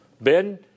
Ben